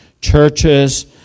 churches